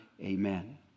Amen